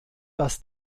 dass